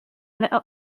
little